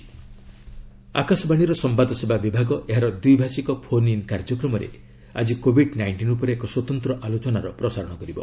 ମଷ୍ଟ announcement ଆକାଶବାଣୀର ସମ୍ଭାଦସେବା ବିଭାଗ ଏହାର ଦ୍ୱି ଭାଷିକ ଫୋନ୍ ଇନ୍ କାର୍ଯ୍ୟକ୍ରମରେ ଆଜି କୋଭିଡ୍ ନାଇଷ୍ଟିନ୍ ଉପରେ ଏକ ସ୍ୱତନ୍ତ୍ର ଆଲୋଚନାର ପ୍ରସାରଣ କରିବ